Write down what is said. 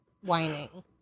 whining